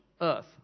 earth